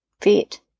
fit